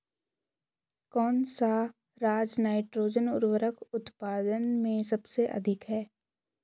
कौन सा राज नाइट्रोजन उर्वरक उत्पादन में सबसे अधिक है?